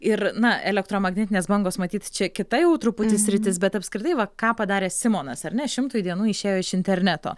ir na elektromagnetinės bangos matyt čia kita jau truputį sritis bet apskritai va ką padarė simonas ar ne šimtui dienų išėjo iš interneto